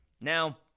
Now